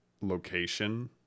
location